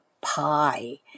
pie